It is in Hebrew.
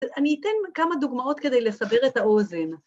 ‫אני אתן כמה דוגמאות ‫כדי לסבר את האוזן.